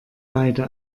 beide